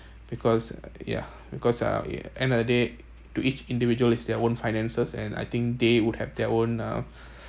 because ya because uh end of the day to each individual is their own finances and I think they would have their own uh